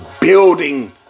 building